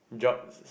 job